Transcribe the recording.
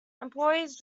employees